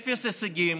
אפס הישגים,